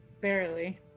Barely